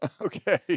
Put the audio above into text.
Okay